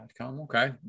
okay